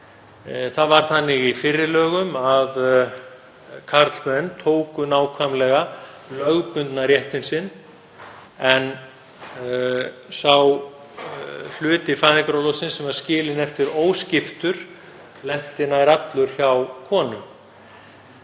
Það var þannig í fyrri lögum að karlmenn tóku nákvæmlega lögbundna réttinn sinn en sá hluti fæðingarorlofsins sem var skilinn eftir óskiptur lenti nær allur hjá konum.